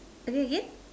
again again